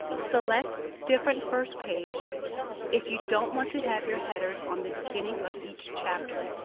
select different first page if you don't want to have your headers on the beginning of each chapter.